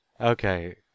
Okay